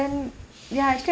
ya actually I